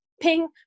ping